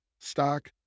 stock